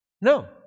No